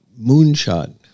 moonshot